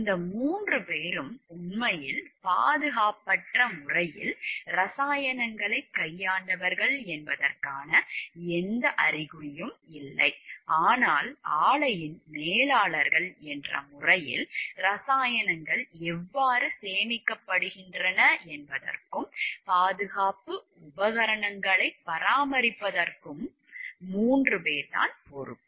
இந்த 3 பேரும் உண்மையில் பாதுகாப்பற்ற முறையில் ரசாயனங்களைக் கையாண்டவர்கள் என்பதற்கான எந்த அறிகுறியும் இல்லை ஆனால் ஆலையின் மேலாளர்கள் என்ற முறையில் ரசாயனங்கள் எவ்வாறு சேமிக்கப்படுகின்றன என்பதற்கும் பாதுகாப்பு உபகரணங்களைப் பராமரிப்பதற்கும் 3 பேர்தான் பொறுப்பு